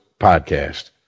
podcast